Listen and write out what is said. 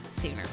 sooner